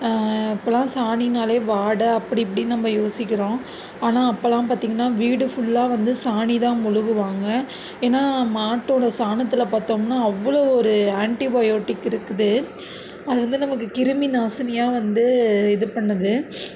இப்போதுலாம் சாணினாலே வாடை அப்படி இப்படி நம்ம யோசிக்கிறோம் ஆனால் அப்போதுலாம் பார்த்திங்கனா வீடு ஃபுல்லாக வந்து சாணி தான் மொழுகுவாங்க ஏன்னா மாட்டோட சாணத்தில் பார்த்தோம்னா அவ்வளோ ஒரு ஆன்டிபயோட்டிக் இருக்குது அது வந்து நமக்கு கிருமி நாசினியாக வந்து இது பண்ணுது